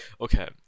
okay